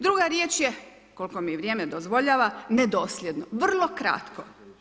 Druga riječ je koliko mi vrijeme dozvoljava, nedosljedno, vrlo kratko.